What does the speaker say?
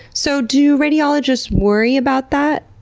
so do radiologists worry about that?